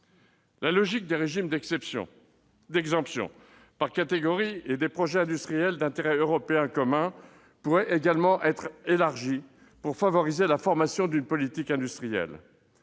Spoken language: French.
La logique des régimes d'exemption par catégorie et des projets industriels d'intérêt européen commun pourrait également être élargie pour favoriser la formation d'une politique industrielle.